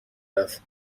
رفت